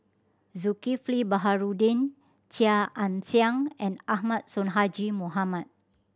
Zulkifli Baharudin Chia Ann Siang and Ahmad Sonhadji Mohamad